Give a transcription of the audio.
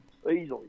easily